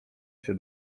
się